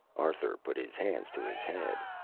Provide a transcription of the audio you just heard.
arthur put his hands to his head.